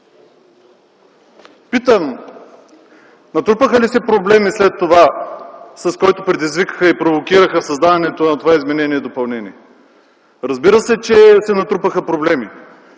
Питам: натрупаха ли се проблеми след това, които предизвикаха и провокираха създаването на това изменение и допълнение? Разбира се, че се натрупаха проблеми.